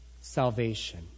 salvation